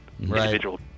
individual